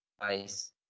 ice